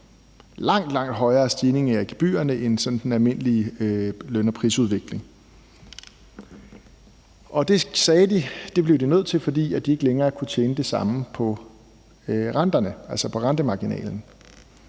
langt højere stigninger i gebyrerne end i den almindelige løn- og prisudvikling, og de sagde, at det blev de nødt til, fordi de ikke længere kunne tjene det samme på renterne,